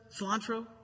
cilantro